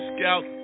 Scout